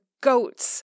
goats